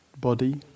body